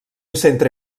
centre